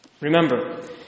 Remember